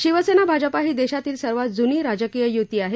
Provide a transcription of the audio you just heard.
शिवसेना भाजपा ही देशातील सर्वात जुनी राजकीय युती आहे